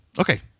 okay